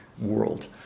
world